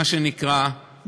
מה שנקרא,